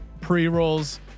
pre-rolls